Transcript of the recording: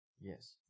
Yes